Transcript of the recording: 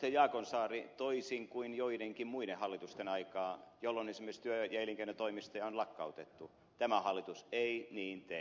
jaakonsaari toisin kuin joidenkin muiden hallitusten aikaan jolloin esimerkiksi työ ja elinkeinotoimistoja on lakkautettu tämä hallitus ei niin tee